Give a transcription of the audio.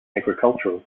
agricultural